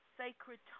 sacred